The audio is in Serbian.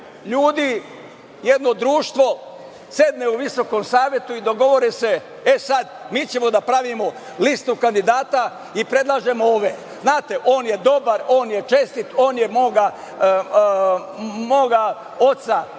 ljudi, jedno društvo sedne u Visokom savetu i dogovore se – e, sad, mi ćemo da pravimo listu kandidata i predlažemo ove, znate on je dobar, on je čestit, on je moga oca,